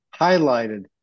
Highlighted